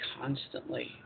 constantly